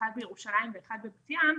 אחד בירושלים ואחד בבת ים,